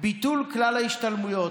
ביטול כלל ההשתלמויות.